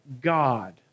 God